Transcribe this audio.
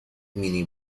mini